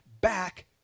back